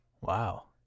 Wow